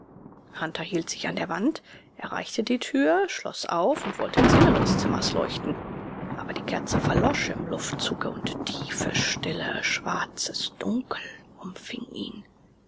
hunter hielt sich an der wand erreichte die tür schloß auf und wollte ins innere des zimmers leuchten aber die kerze verlosch im luftzuge und tiefe stille schwarzes dunkel umfing ihn